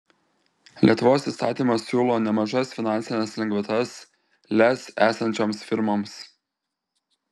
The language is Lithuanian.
lietuvos įstatymas siūlo nemažas finansines lengvatas lez esančioms firmoms